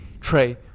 Trey